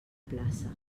plaça